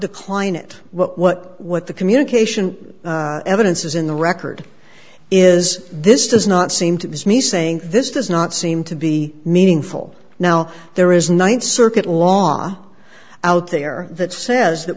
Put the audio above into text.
decline it what what what the communication evidences in the record is this does not seem to me saying this does not seem to be meaningful now there is ninth circuit long out there that says that